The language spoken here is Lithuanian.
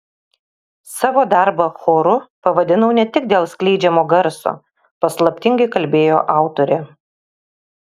savo darbą choru pavadinau ne tik dėl skleidžiamo garso paslaptingai kalbėjo autorė